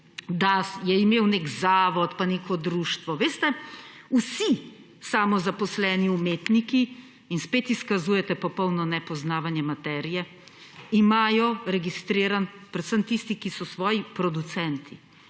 da je imel nek zavod pa neko društvo. Veste, vsi samozaposleni umetniki – in spet izkazujete popolno nepoznavanje materije – predvsem tisti, ki so svoji producenti,